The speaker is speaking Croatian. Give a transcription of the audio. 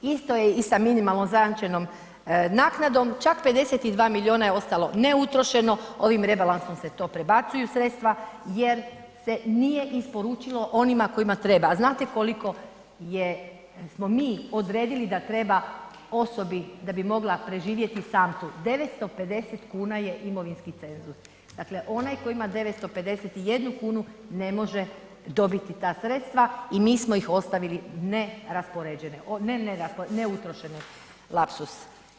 Isto je i sa minimalnom zajamčenom naknadom, čak 52 milijuna je ostalo neutrošeno, ovim rebalansom se to prebacuju sredstva jer se nije isporučilo onima kojima treba a znate koliko smo mi odredili da treba osobi da bi mogla preživjeti, ... 950 kn je imovinski cenzus, dakle onaj koji ima 951 kn, ne može dobiti ta sredstva i mi smo ih ostavili neraspoređene, ne neraspoređene, neutrošene, lapsus.